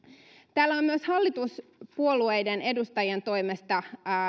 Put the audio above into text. täällä on myös hallituspuolueiden edustajien toimesta